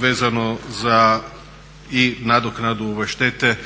vezano za i nadoknadu štete